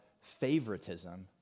favoritism